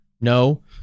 No